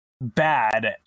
bad